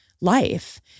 life